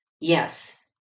Yes